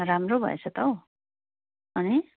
राम्रो भएछ त हौ अनि